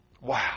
Wow